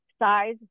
size